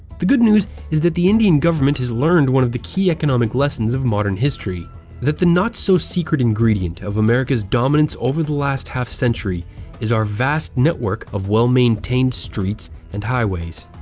the good news is that the indian government has learned one of the key economic lessons of modern history that the not-so-secret ingredient of america's dominance over the last half century is our vast network of well-maintained streets and highways.